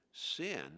Sin